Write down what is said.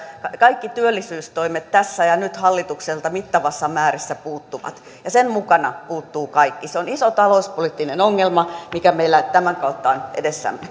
kaikki työllisyystoimet tässä ja nyt hallitukselta mittavassa määrässä puuttuvat ja sen mukana puuttuu kaikki se on iso talouspoliittinen ongelma mikä meillä tämän kautta on edessämme